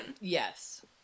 Yes